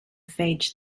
phage